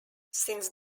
since